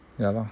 ya lor